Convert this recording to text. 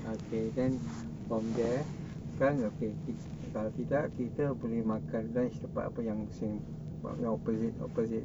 okay then from there front okay kalau tidak kita boleh makan lunch tempat apa yang opposite opposite